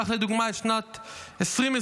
קח לדוגמה את שנת 2022,